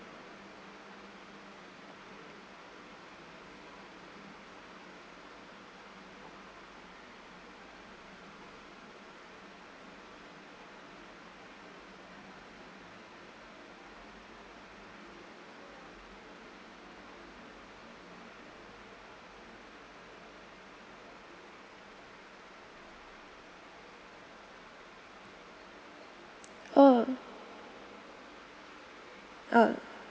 oh oh